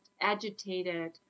agitated